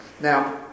Now